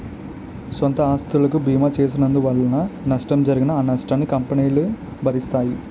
సొంత ఆస్తులకు బీమా చేసినందువలన నష్టం జరిగినా ఆ నష్టాన్ని కంపెనీలు భరిస్తాయి